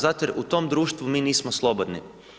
Zato jer u tom društvu mi nismo slobodni.